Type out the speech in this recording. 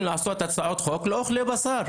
לעשות הצעות חוק הם לא אוכלי בשר.